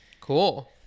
Cool